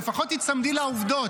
לפחות תיצמדי לעובדות.